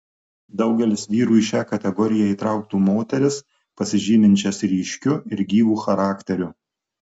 daugelis vyrų į šią kategoriją įtrauktų moteris pasižyminčias ryškiu ir gyvu charakteriu